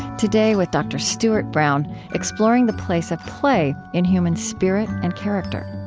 today with dr. stuart brown exploring the place of play in human spirit and character